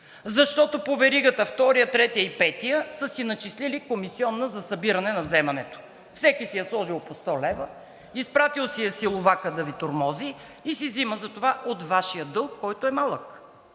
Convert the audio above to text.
защото по веригата вторият, третият и петият са си начислили комисиона за събиране на вземането – всеки си е сложил по 100 лв., изпратил си е силовака да Ви тормози и си взима за това от Вашия дълг, който е малък.